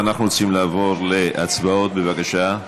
אנחנו רוצים לעבור להצבעות, בבקשה.